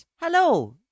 Hello